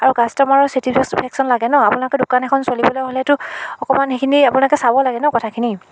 আৰু কাষ্টমাৰৰ ছেটিফেচফেকচন লাগে ন আপোনালোকৰ দোকান এখন চলিবলৈ হ'লেতো অকণমান সেইখিনি আপোনালোকে চাব লাগে ন কথাখিনি